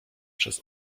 przez